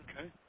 Okay